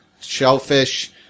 shellfish